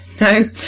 no